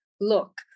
look